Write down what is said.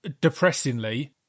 depressingly